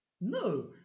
no